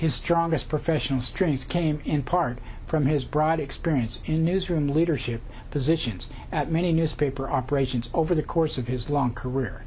his strongest professional strengths came in part from his broad experience in newsroom leadership positions at many newspaper operations over the course of his long career